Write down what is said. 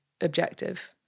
objective